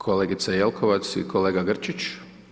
Kolegice Jelkovac i kolega Grčić?